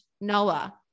Noah